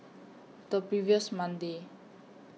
The previous Monday